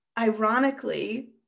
ironically